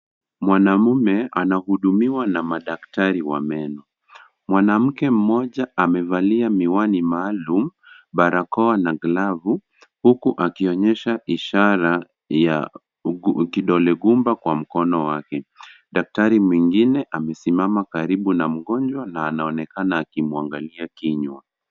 Mwanamume anahudumiwa na madaktari wa meno. Mwanamke mmoja amevalia miwani maalum, barokoa na glavu huku akionyesha ishara ya kidole gumba kwa mkono wake. Daktari mwengine amesimama karibu na mgonjwa na anaonekana akimwangalia kinywa.